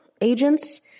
agents